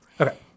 Okay